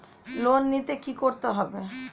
Loan নিতে কী করতে হবে?